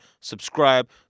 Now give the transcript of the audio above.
subscribe